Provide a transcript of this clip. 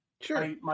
Sure